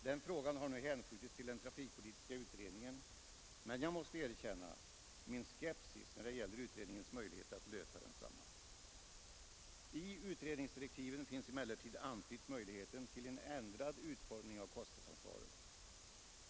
Den frågan har nu hänskjutits till den trafikpolitiska utredningen, men jag måste erkänna min skepsis när det gäller utredningens möjligheter att lösa densamma. I utredningsdirektiven finns emellertid möjligheten antydd till en ändrad utformning av kostnadsansvaret.